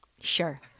Sure